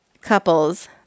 couples